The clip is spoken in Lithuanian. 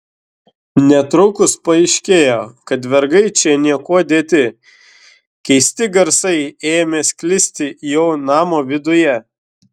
netrukus paaiškėjo kad vergai čia niekuo dėti keisti garsai ėmė sklisti jau namo viduje